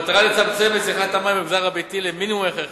ובמטרה לצמצם את צריכת המים במגזר הביתי למינימום ההכרחי,